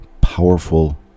powerful